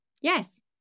yes